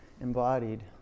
embodied